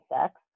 sex